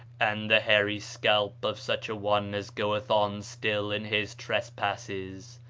and the hairy scalp of such a one as goeth on still in his trespasses.